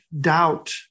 doubt